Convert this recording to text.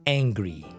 angry